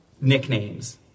nicknames